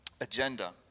agenda